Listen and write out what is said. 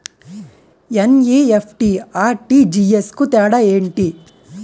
NEFT, RTGS కు తేడా ఏంటి?